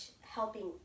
helping